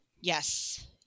Yes